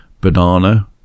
banana